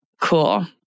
Cool